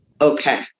okay